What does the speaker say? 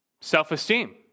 Self-esteem